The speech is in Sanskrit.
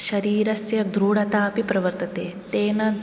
शरीरस्य दृढता अपि प्रवर्तते तेन